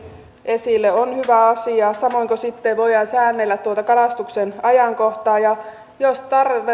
esille se on hyvä asia samoin sitten voidaan säännellä kalastuksen ajankohtaa ja jos